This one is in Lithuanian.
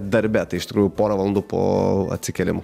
darbe tai iš tikrųjų porą valandų po atsikėlimo